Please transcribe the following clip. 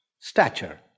stature